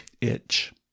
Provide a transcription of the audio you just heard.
itch